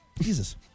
Jesus